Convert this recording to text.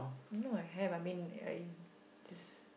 no I have I mean I just